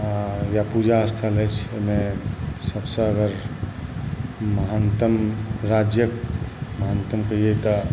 अँ या पूजा स्थल अछि ओहिमे सबसँ अगर महानतम राज्यक अगर महानतम कहियै तऽ